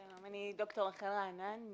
שלום, אני ד"ר רחל רענן,